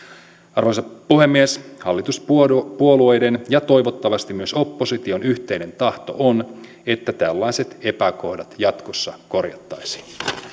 arvoisa puhemies hallituspuolueiden ja toivottavasti myös opposition yhteinen tahto on että tällaiset epäkohdat jatkossa korjattaisiin